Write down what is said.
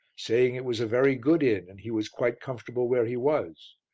saying it was a very good inn and he was quite comfortable where he was.